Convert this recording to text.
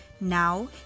Now